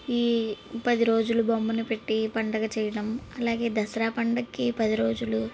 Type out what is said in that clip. ఈ పది రోజులు బొమ్మను పెట్టి పండుగ చేయడం అలాగే దసరా పండక్కి పది రోజులు